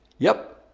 yep.